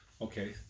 okay